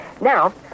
Now